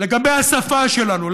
לגבי השפה שלנו,